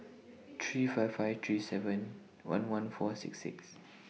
three five five three seven one one four six six